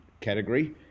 category